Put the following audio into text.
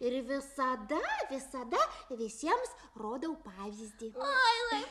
ir visada visada visiems rodau pavyzdį